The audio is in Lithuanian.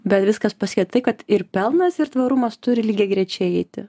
bet viskas pasiekė tai kad ir pelnas ir tvarumas turi lygiagrečiai eiti